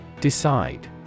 Decide